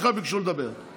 המצב הפוליטי